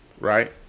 Right